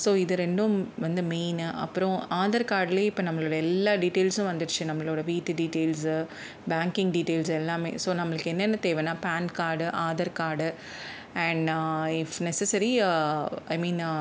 so இது ரெண்டும் வந்து மெயின் அப்புறம் ஆதார் கார்ட்ல இப்போ நம்மளோட எல்லா டீடைல்ஸ்ஸும் வந்துருச்சு நம்மளோட வீட்டு டீடைல்ஸ்ஸு பேங்கிங் டீடைல்ஸ் எல்லாமே ஸோ நம்மளுக்கு என்னென்ன தேவைன்னா PAN card Aadhaar card and it's necessary I mean